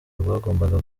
rwagombaga